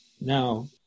now